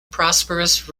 prosperous